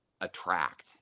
attract